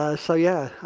ah so yeah,